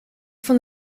van